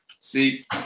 See